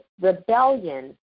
rebellion